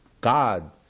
God